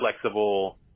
flexible